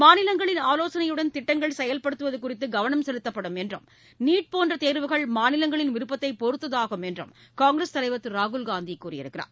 மாநிலங்களின் ஆவோசனையுடன் திட்டங்கள் செயல்படுத்துவது குறித்து கவனம் செலுத்தப்படும் என்றும் நீட் போன்ற தேர்வுகள் மாநிலங்களின் விருப்பத்தை பொறுத்ததாகும் என்று காங்கிரஸ் தலைவர் திரு ராகுல்காந்தி கூறினார்